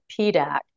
PDAC